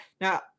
Now